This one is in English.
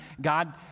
God